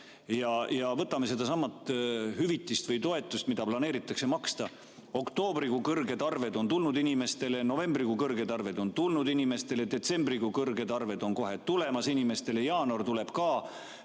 Võtame sellesama hüvitise või toetuse, mida planeeritakse maksta. Oktoobrikuu kõrged arved on tulnud inimestele, novembrikuu kõrged arved on tulnud inimestele ja detsembrikuu kõrged arved on kohe tulemas inimestele, jaanuar tuleb ka.